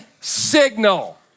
signal